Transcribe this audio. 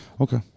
Okay